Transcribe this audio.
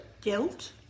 Guilt